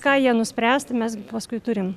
ką jie nuspręs tai mes paskui turim